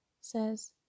says